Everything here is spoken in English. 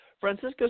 Francisco